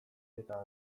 eta